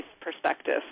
perspective